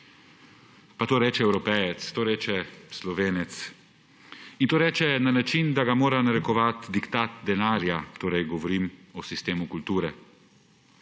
– to reče Evropejec, to reče Slovenec in to reče na način, da ga mora narekovati diktat denarja, govorim torej o sistemu kulture.